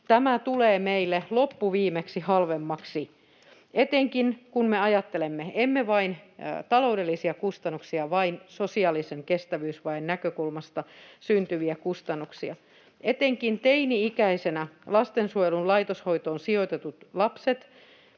Tämä tulee meille loppuviimeksi halvemmaksi, etenkin kun me ajattelemme ei vain taloudellisia kustannuksia vaan myös sosiaalisen kestävyysvajeen näkökulmasta syntyviä kustannuksia. Etenkin teini-ikäisenä lastensuojelun laitoshoitoon sijoitetut lapset